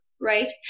Right